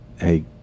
Hey